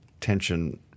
tension